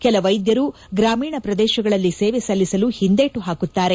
ಕೆಲ ವೈದ್ಯರು ಗ್ರಾಮೀಣ ಪ್ರದೇಶಗಳಲ್ಲಿ ಸೇವೆ ಸಲ್ಲಿಸಲು ಒಂದೇಟು ಹಾಕುತ್ತಾರೆ